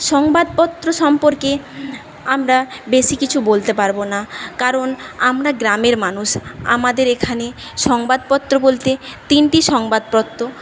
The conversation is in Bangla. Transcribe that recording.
সংবাদপত্র সম্পর্কে আমরা বেশি কিছু বলতে পারব না কারণ আমরা গ্রামের মানুষ আমাদের এখানে সংবাদপত্র বলতে তিনটি সংবাদপত্র